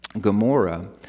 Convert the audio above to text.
Gomorrah